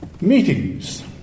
Meetings